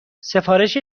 سفارش